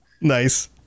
nice